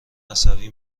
عصبی